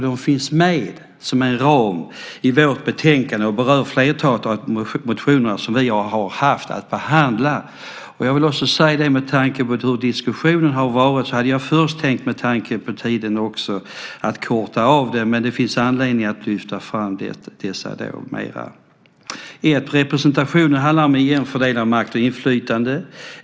De finns med som en ram i vårt betänkande och berör flertalet av de motioner som vi haft att behandla. Med tanke på hur diskussionen varit hade jag först, av tidsskäl, tänkt korta ned anförandet. Men det finns anledning att lyfta fram dessa områden mera. För det första handlar representationen om en jämnt fördelad makt och inflytande.